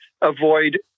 avoid